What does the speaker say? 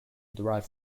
derive